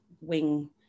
wing